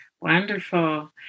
Wonderful